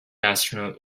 astronaut